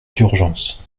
d’urgence